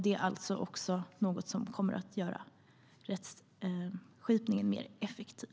Det är alltså något som också kommer att göra rättskipningen mer effektiv.